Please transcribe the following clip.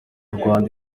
rwanda